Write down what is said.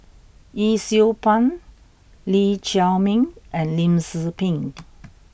Yee Siew Pun Lee Chiaw Meng and Lim Tze Peng